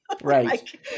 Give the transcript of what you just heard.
Right